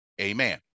Amen